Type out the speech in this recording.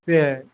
சரி